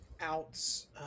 Outs